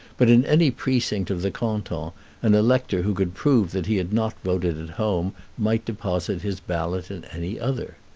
but in any precinct of the canton an elector who could prove that he had not voted at home might deposit his ballot in any other.